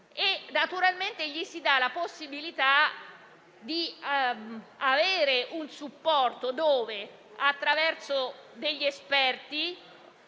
naturalmente si dà la possibilità di avere un supporto attraverso degli esperti,